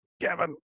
Kevin